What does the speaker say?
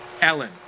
Ellen